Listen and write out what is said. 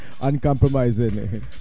Uncompromising